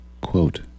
quote